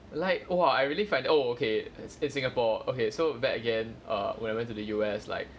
like !wah! I really find that oh okay it's it's singapore okay so back again err whatever to the U_S like